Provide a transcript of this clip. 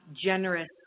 generous